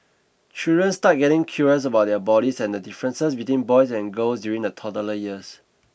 children start getting curious about their bodies and the differences between boys and girls during the toddler years